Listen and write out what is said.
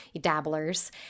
dabblers